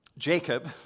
Jacob